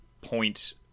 point